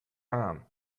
arm